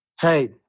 Hey